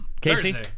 Casey